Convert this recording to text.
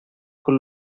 con